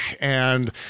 and-